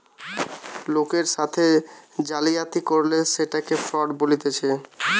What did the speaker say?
লোকের সাথে জালিয়াতি করলে সেটকে ফ্রড বলতিছে